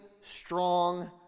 strong